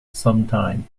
sometime